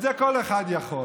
את זה כל אחד יכול.